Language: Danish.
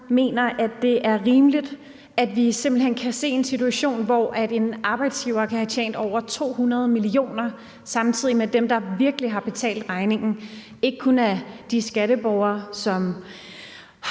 mener, det er rimeligt, at vi faktisk kan se en situation, hvor en arbejdsgiver kan have tjent over 200 mio. kr., samtidig med at dem, der virkelig har betalt regningen, ikke kun er de skatteborgere, som